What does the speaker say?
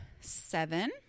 seven